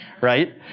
right